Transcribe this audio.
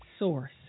Source